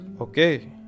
Okay